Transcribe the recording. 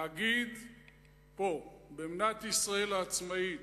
להגיד פה, במדינת ישראל העצמאית,